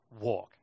walk